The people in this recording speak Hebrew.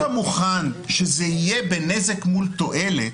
אם אתה מוכן שזה יהיה בנזק מול תועלת,